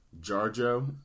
Jarjo